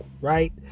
right